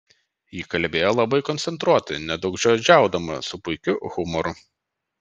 ji kalbėjo labai koncentruotai nedaugžodžiaudama su puikiu humoru